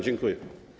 Dziękuję.